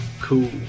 cool